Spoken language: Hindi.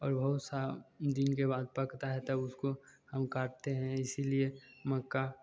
और बहुत सा दिन के बाद पकता है तब उसको हम काटते है इसीलिए मक्का